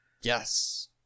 yes